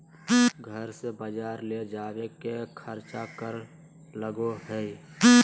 घर से बजार ले जावे के खर्चा कर लगो है?